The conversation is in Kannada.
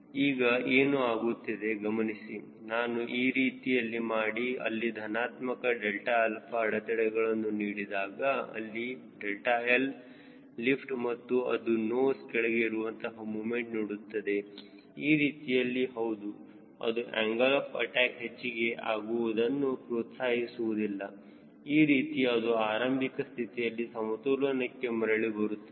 ಈಗ ಏನು ಆಗುತ್ತದೆ ಗಮನಿಸಿ ನಾನು ಆ ರೀತಿಯಲ್ಲಿ ಮಾಡಿ ಅಲ್ಲಿ ಧನಾತ್ಮಕ ∆𝛼 ಅಡೆತಡೆಗಳನ್ನು ನೀಡಿದಾಗ ಅಲ್ಲಿ ∆𝐿 ಲಿಫ್ಟ್ ಇದ್ದು ಅದು ನೋಸ್ ಕೆಳಗೆ ಇರುವಂತಹ ಮೂಮೆಂಟ್ ನೀಡುತ್ತದೆ ಈ ರೀತಿಯಲ್ಲಿ ಹೌದು ಅದು ಆಂಗಲ್ ಆಫ್ ಅಟ್ಯಾಕ್ ಹೆಚ್ಚಿಗೆ ಆಗುವುದನ್ನು ಪ್ರೋತ್ಸಾಹಿಸುವುದಿಲ್ಲ ಈ ರೀತಿ ಅದು ಆರಂಭಿಕ ಸ್ಥಿತಿಯಲ್ಲಿ ಸಮತೋಲನಕ್ಕೆ ಮರಳಿ ಬರುತ್ತದೆ